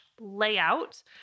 layout